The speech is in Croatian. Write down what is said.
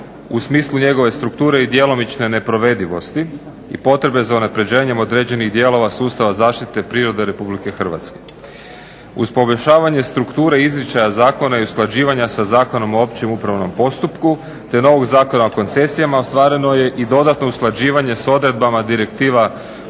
u smislu njegove strukture i djelomične neprovedivosti i potrebe za unapređenjem određenih dijelova sustava zaštite prirode RH. Uz poboljšavanje strukture izričaja zakona i usklađivanja sa Zakonom o općem upravnom postupku te novog Zakona o koncesijama ostvareno je i dodatno usklađivanje s odredbama Direktiva